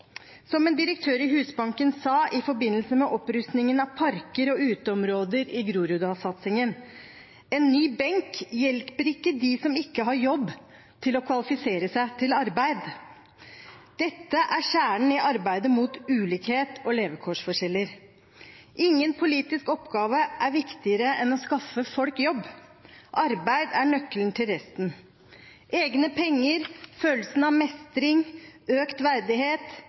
Som en direktør i Husbanken sa i forbindelse med opprustningen av parker og uteområder i Groruddalssatsingen: En ny benk hjelper ikke dem som ikke har jobb, til å kvalifisere seg til arbeid. Dette er kjernen i arbeidet mot ulikhet og levekårsforskjeller. Ingen politisk oppgave er viktigere enn å skaffe folk jobb. Arbeid er nøkkelen til resten. Egne penger, følelsen av mestring, økt verdighet,